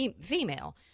female